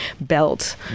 belt